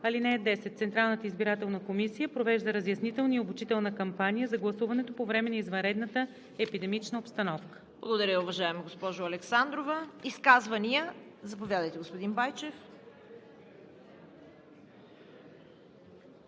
мерки. (10) Централната избирателна комисия провежда разяснителна и обучителна кампания за гласуването по време на извънредна епидемична обстановка.“ ПРЕДСЕДАТЕЛ ЦВЕТА КАРАЯНЧЕВА: Благодаря, уважаема госпожо Александрова. Изказвания? Заповядайте, господин Байчев.